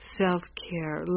self-care